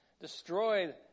destroyed